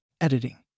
Editing